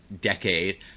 decade